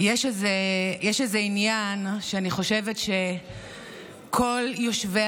יש איזה עניין שאני חושבת שכל יושבי